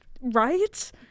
Right